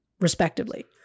respectively